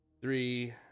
Three